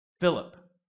Philip